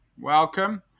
welcome